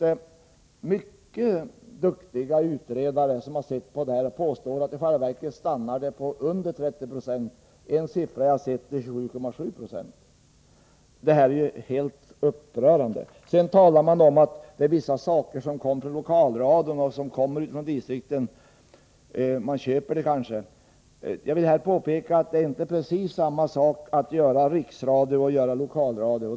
Det är många duktiga utredare som har tittat på det här och som påstår att andelen i själva verket stannar under 30 96 — enligt en uppgift som jag har sett skulle den vara 27,7 Zo. Det är helt upprörande. Sedan talar man om att vissa program i Lokalradion kommer från distrikten — man kanske köper programmen. Jag vill här påpeka att det inte är precis samma sak att göra riksradio och att göra lokalradio.